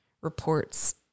reports